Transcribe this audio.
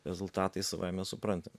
rezultatai savaime suprantami